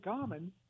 common